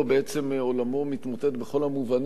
בעצם עולמו מתמוטט בכל המובנים,